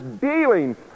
dealing